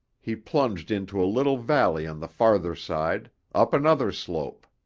he plunged into a little valley on the farther side, up another slope.